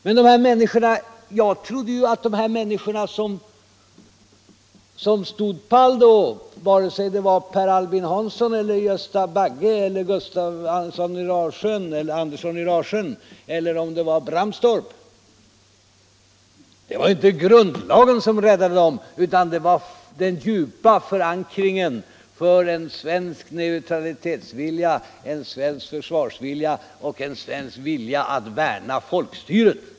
Men det var inte grundlagen som räddade dessa människor som stod pall då, vare sig det var Per Albin Hansson, Gösta Bagge, Gustaf Andersson i Rasjön eller Bramstorp, utan det var den djupa förankringen av en svensk neutralitetsvilja, en svensk försvarsvilja och en svensk vilja att värna om folkstyret.